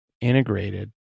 integrated